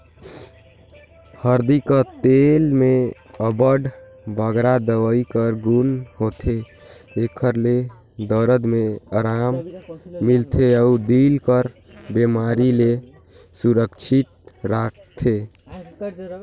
हरदी कर तेल में अब्बड़ बगरा दवई कर गुन होथे, एकर ले दरद में अराम मिलथे अउ दिल कर बेमारी ले सुरक्छित राखथे